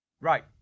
right